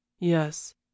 yes